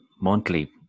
monthly